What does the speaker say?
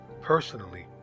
personally